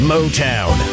Motown